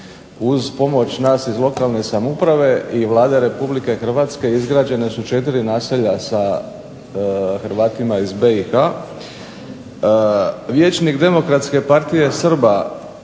Uz pomoć nas iz lokalne samouprave i Vlade Republike Hrvatske izgrađene su četiri naselja sa Hrvatima iz BiH. Vijećnik demokratske partije Srba